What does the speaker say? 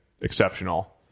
exceptional